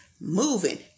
moving